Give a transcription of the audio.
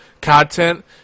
content